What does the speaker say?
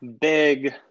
big